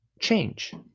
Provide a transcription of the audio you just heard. change